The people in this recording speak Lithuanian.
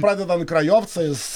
pradedant krajovcais